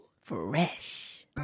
fresh